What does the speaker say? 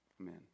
amen